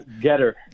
getter